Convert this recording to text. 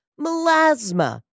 melasma